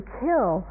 kill